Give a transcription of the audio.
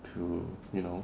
to you know